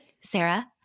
Sarah